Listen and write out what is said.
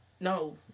No